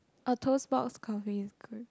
or toast box coffee is good